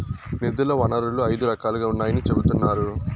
నిధుల వనరులు ఐదు రకాలుగా ఉన్నాయని చెబుతున్నారు